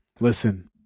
listen